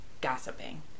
gossiping